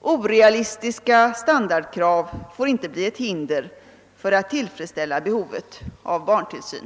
Orealistiska standardkrav får inte bli ett hinder för att tillfredsställa behovet av barntillsyn.